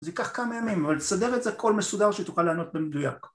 זה ייקח כמה ימים, אבל ת'סדר את זה הכול מסודר, שתוכל לענות במדויק.